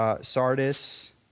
Sardis